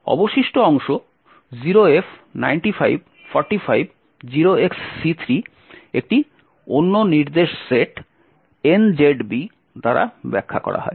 অবশিষ্ট অংশ 0f 95 45 0xC3 একটি অন্য নির্দেশ সেট nzb দ্বারা ব্যাখ্যা করা হয়